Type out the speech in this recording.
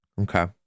Okay